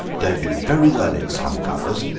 they do very well in some covers.